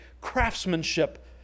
craftsmanship